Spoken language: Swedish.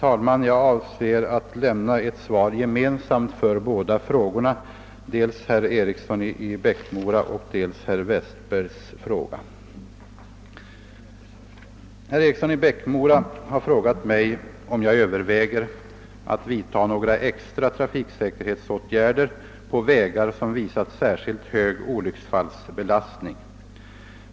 Herr talman! Herr Eriksson i Bäckmora har frågat mig om jag överväger att vidta några extra trafiksäkerhetsåtgärder på vägar som visat särskilt hög olycksfallsbelastning.